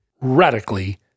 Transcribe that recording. Radically